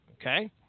okay